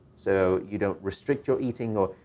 so you don't restrict your eating or.